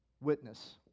witness